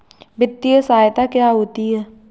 वित्तीय सहायता क्या होती है?